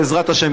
בעזרת השם.